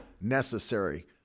necessary